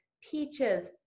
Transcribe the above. peaches